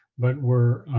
but were